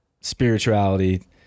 spirituality